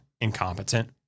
incompetent